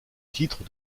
titre